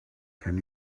can